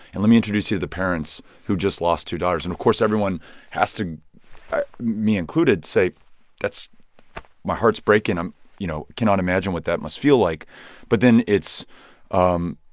and let me introduce you the parents who just lost two daughters. and of course everyone has to me included say that's my heart's breaking. i'm you know, i cannot imagine what that must feel like but then it's um